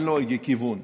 אין לו הגה כיוון.